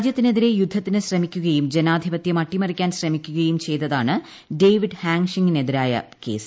രാജ്യത്തിനെതിരെ യുദ്ധത്തിന് ശ്രമിക്കുകയും ജനാധിപത്യം അട്ടിമറിക്കാൻ ശ്രമിക്കുകയും ചെയ്തതാണ് ഡേവിഡ് ഹാങ്ഷിങിനെതിരായ കേസ്